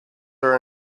are